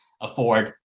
afford